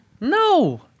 no